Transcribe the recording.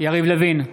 יריב לוין,